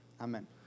Amen